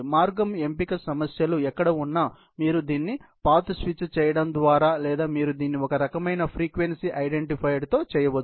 మార్గం ఎంపిక సమస్యలు ఎక్కడ ఉన్నా మీరు దీన్ని పాత్ స్విచ్ చేయడము ద్వారా లేదా మీరు దీన్ని ఒక రకమైన ఫ్రీక్వెన్సీ ఐడెంటిఫైయర్తో చేయవచ్చు